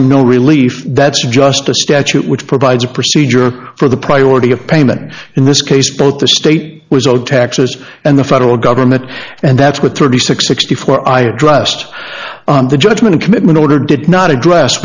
him no relief that's just a statute which provides a procedure for the priority of payment in this case both the state was owed taxes and the federal government and that's what thirty six sixty four i addressed on the judgment commitment order did not address